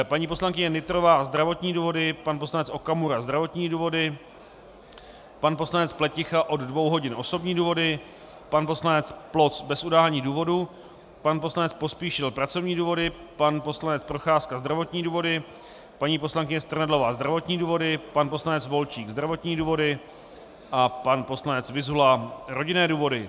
Paní poslankyně Nytrová zdravotní důvody, pan poslanec Okamura zdravotní důvody, pan poslanec Pleticha od dvou hodin osobní důvody, pan poslanec Ploc bez udání důvodu, pan poslanec Pospíšil pracovní důvody, pan poslanec Procházka zdravotní důvody, paní poslankyně Strnadlová zdravotní důvody, pan poslanec Volčík zdravotní důvody a pan poslanec Vyzula rodinné důvody.